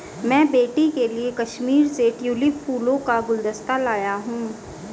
मैं बेटी के लिए कश्मीर से ट्यूलिप फूलों का गुलदस्ता लाया हुं